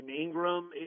Ingram